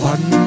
One